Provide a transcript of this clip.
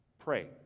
Pray